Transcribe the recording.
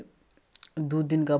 तऽ हम औडर कयलहुॅं चश्मा